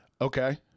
Okay